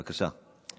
בבקשה.